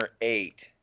eight